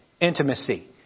intimacy